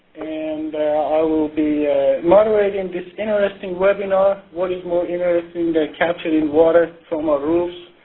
and i will be moderating this interesting webinar. what is more interesting than capturing and water from our roofs?